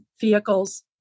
vehicles